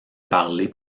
parler